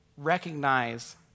Recognize